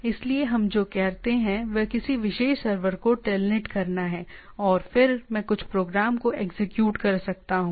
इसलिए हम जो करते हैं वह किसी विशेष सर्वर को टेलनेट करना है और फिर मैं कुछ प्रोग्राम को एग्जीक्यूट कर सकता हूं